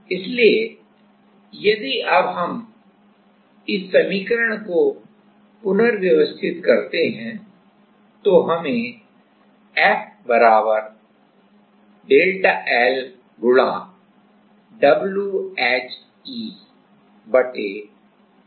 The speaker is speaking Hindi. इसलिए यदि हम इसे पुनर्व्यवस्थित करते हैं तो हमें FΔ L×WHEL से Δ L मिलता है